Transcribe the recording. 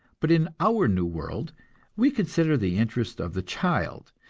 but in our new world we consider the interest of the child,